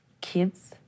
kids